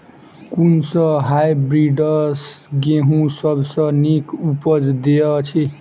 कुन सँ हायब्रिडस गेंहूँ सब सँ नीक उपज देय अछि?